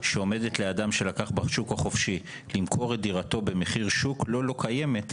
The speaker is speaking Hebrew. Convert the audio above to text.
שעומדת לאדם שלקח בשוק החופשי למכור את דירתו במחיר שוק לו לא קיימת,